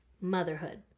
Motherhood